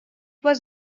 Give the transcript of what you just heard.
was